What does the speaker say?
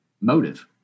motive